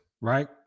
right